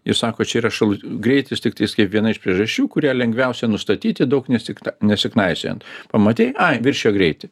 ir sako čia yra šal greitis tiktais kaip viena iš priežasčių kurią lengviausia nustatyti daug nesiekta nesiknaisiojant pamatei ai viršijo greitį